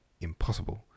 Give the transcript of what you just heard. impossible